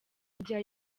igihe